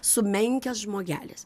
sumenkęs žmogelis